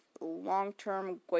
long-term